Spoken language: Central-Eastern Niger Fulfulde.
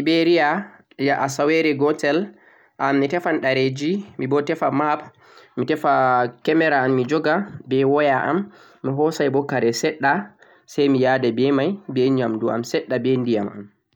to mi yahan Siberiya, asaweere gootel, mi tefan ɗereji, mi bo tefa map, mi tefa camera am mi joga, be waya am mi hoosay bo kare seɗɗa, say mi ya'da be may, be nyaamndu am seɗɗa be ndiyam am.